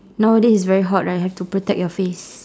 nowadays it's very hot right have to protect your face